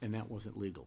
and that wasn't legal